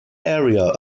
area